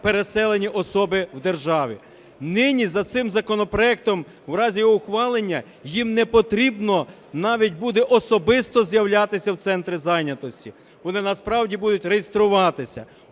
переселені особи в державі. Нині за цим законопроектом, в разі його ухвалення, їм не потрібно навіть буде особисто з'являтися в центри зайнятості, вони насправді будуть реєструватися.